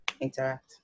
interact